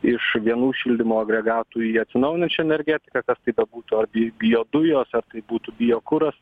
iš vienų šildymo agregatų į atsinaujinančią energetiką kas tai bebūtų ar į biodujos ar tai būtų biokuras